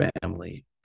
family